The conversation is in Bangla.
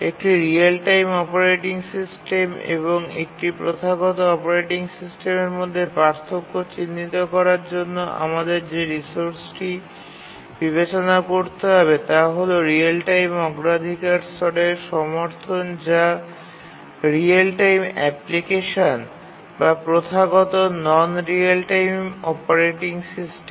একটি রিয়েল টাইম অপারেটিং সিস্টেম এবং একটি প্রথাগত অপারেটিং সিস্টেমের মধ্যে পার্থক্য চিহ্নিত করার জন্য এবং আমাদের যে রিসোর্সটি বিবেচনা করতে হবে তা হল রিয়েল টাইম অগ্রাধিকার স্তরের সমর্থন যা রিয়েল টাইম অ্যাপ্লিকেশন বা প্রথাগত non real time operating system